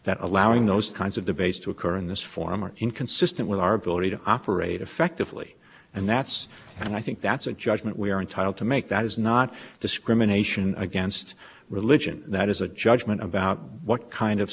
that allowing those kinds of debates to occur in this form are inconsistent with our ability to operate effectively and that's and i think that's a judgment we are entitled to make that is not discrimination against religion that is a judgment about what kind of